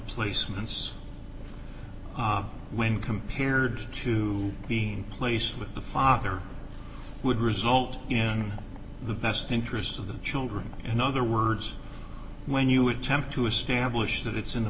placements when compared to being placed with the father would result in the best interests of the children in other words when you attempt to establish that it's in the